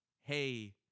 hey